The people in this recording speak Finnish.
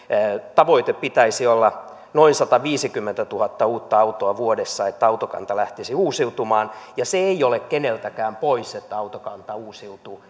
tavoitteen pitäisi olla noin sataviisikymmentätuhatta uutta autoa vuodessa että autokanta lähtisi uusiutumaan se ei ole keneltäkään pois että autokanta uusiutuu